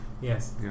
Yes